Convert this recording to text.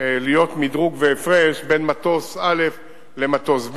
להיות מדרוג והפרש בין מטוס א' למטוס ב'.